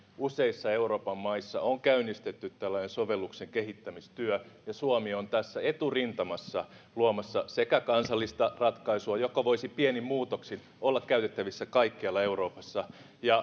useissa euroopan maissa on käynnistetty tällaisen sovelluksen kehittämistyö ja suomi on tässä eturintamassa luomassa kansallista ratkaisua joka voisi pienin muutoksin olla käytettävissä kaikkialla euroopassa